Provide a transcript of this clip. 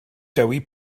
dewi